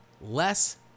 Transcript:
Less